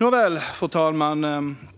Herr ålderspresident!